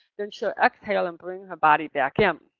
then she'll exhale and bring her body back in.